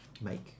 make